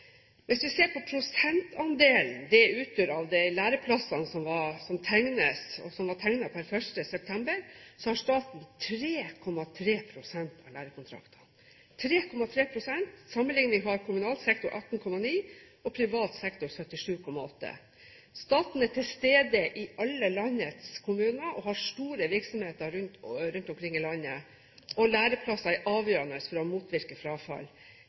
Hvis vi ser på prosentandelen det utgjør av de læreplassene som tegnes, og som var tegnet per 1. september, har staten 3,3 pst. av lærekontraktene – 3,3 pst! Til sammenlikning har kommunal sektor 18,9 pst. og privat sektor 77,8 pst. Staten er til stede i alle landets kommuner og har store virksomheter rundt omkring i landet. Læreplasser er avgjørende for å motvirke frafall